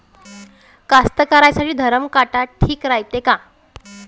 कास्तकाराइसाठी धरम काटा ठीक रायते का?